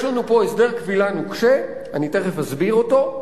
יש לנו פה הסדר כבילה נוקשה, אני תיכף אסביר אותו,